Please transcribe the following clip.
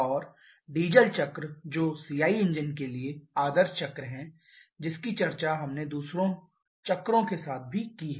और डीजल चक्र जो CI इंजन के लिए आदर्श चक्र है जिसकी चर्चा हमने दूसरों चक्रो के साथ भी की है